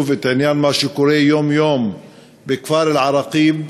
את העניין שקורה יום-יום בכפר אל-עראקיב,